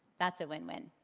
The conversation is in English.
that's a win-win.